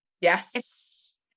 yes